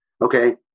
Okay